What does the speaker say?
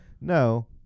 No